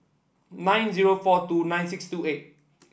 nine zero four two nine six two eight